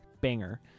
banger